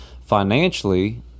financially